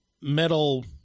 metal